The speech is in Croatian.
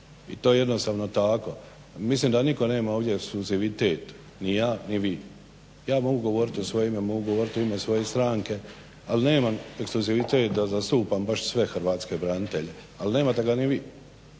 I to je jednostavno tako. Mislim da nitko nema ovdje ekskluzivitet, ni ja ni vi. Ja mogu govoriti u svoje ime, u ime svoje stranke, ali nemam ekskluzivitet da zastupam baš sve hrvatske branitelje, ali nemate ga ni vi.